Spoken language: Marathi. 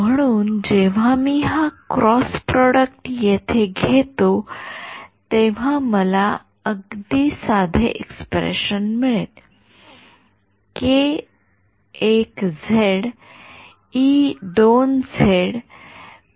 म्हणून जेव्हा मी हा क्रॉस प्रॉडक्ट येथे घेतो तेव्हा मला एक अगदी साधे एक्सप्रेशन् मिळेल